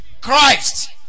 Christ